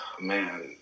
man